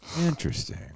interesting